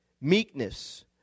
meekness